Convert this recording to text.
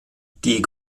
die